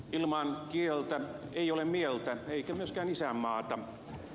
ilman kieltä ei ole mieltä eikä myöskään isänmaata